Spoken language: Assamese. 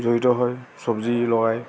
জড়িত হৈ চব্জি লগাই